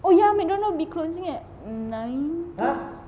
oh ya McDonald will be closing at nine